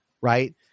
right